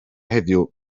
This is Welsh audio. heddiw